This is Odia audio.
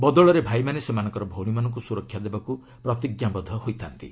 ବଦଳରେ ଭାଇମାନେ ସେମାନଙ୍କର ଭଉଣୀମାନଙ୍କୁ ସୁରକ୍ଷା ଦେବାକୁ ପ୍ରତିଜ୍ଞାବଦ୍ଧ ହୋଇଥା'ନ୍ତି